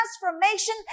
transformation